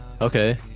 okay